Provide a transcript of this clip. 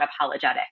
unapologetic